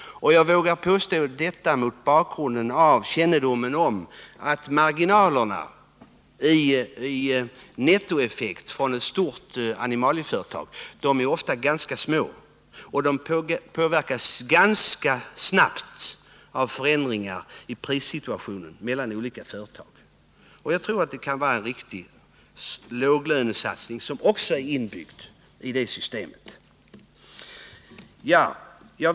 Jag vågar påstå detta mot bakgrund av kännedomen om att marginalerna i nettoeffekt från ett stort animalieföretag ofta är ganska små, och att de påverkas ganska snabbt av förändringar i prissituationen mellan olika företag. Jag tror att det också kan vara en riktig låglönesatsning som är inbyggd i det systemet.